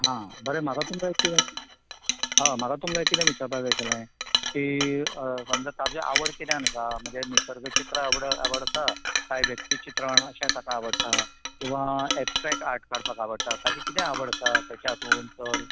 हां बरे म्हाका तुमकां एक कितें म्हाका तुमका कितें विचारपाक जाय आशिल्लें ते समजा ताजी आवड किद्यान आसा म्हणजे निर्सगाची चित्रा आवड आवडटा काय व्यक्ती चित्रण अशें ताका आवड आसा किंवा एबस्ट्रेक्ट आर्ट काडपाक आवडटा म्हणजे कितें आवड आसा खंयच्या हातूंत चड